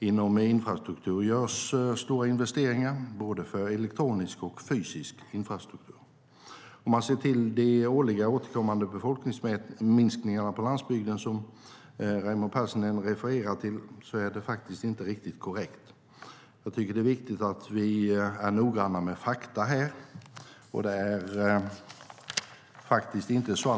Inom infrastruktur görs stora investeringar för både elektronisk och fysisk infrastruktur. Om man ser till de årligen återkommande befolkningsminskningarna på landsbygden som Raimo Pärssinen refererar till är det faktiskt inte riktigt korrekt. Jag tycker att det är viktigt att vi är noggranna med fakta.